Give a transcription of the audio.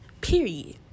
period